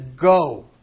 go